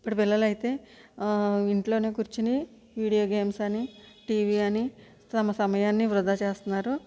ఇప్పుడు పిల్లలు అయితే ఇంట్లో కూర్చుని వీడియో గేమ్స్ అని టీవీ అని తమ సమయాన్ని వృధా చేస్తున్నారు